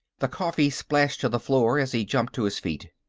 the coffee splashed to the floor as he jumped to his feet.